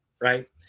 right